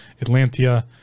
Atlantia